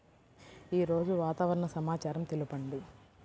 ఈరోజు వాతావరణ సమాచారం తెలుపండి